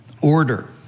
order